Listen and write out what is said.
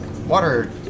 water